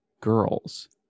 girls